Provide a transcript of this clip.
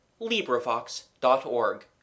LibriVox.org